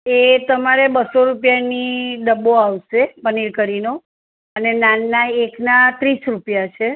એ તમારે બસો રૂપિયાનો ડબ્બો આવશે પનીર કરીનો અને નાનનાં એકનાં ત્રીસ રૂપિયા છે